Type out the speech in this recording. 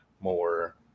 more